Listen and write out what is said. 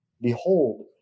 behold